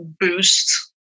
boost